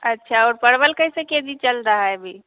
अच्छा और परवल कैसे केजी चल रहा है अभी